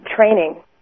training